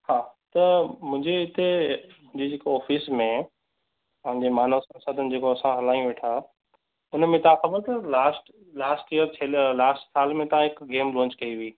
हा त मुंहिंजे हिते मुंहिंजी जेकी ऑफ़िस में आऊं जे मानव संस्धानु असां जेको हलायूं वेठा हुनमें तव्हां ख़बर अथव लास्ट लास्ट ईअर ए न लास्ट साल में तव्हां हिक गेम लॉंच कई हुई